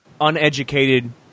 uneducated